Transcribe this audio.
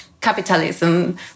capitalism